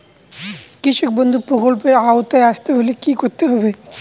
কৃষকবন্ধু প্রকল্প এর আওতায় আসতে হলে কি করতে হবে?